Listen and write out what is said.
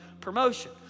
promotion